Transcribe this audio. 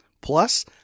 Plus